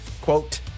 quote